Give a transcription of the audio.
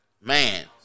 man